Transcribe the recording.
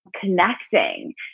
Connecting